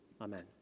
Amen